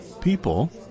people